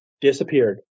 Disappeared